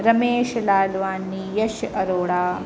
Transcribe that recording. Ramesh Lalwani Yash Arora